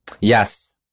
Yes